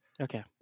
Okay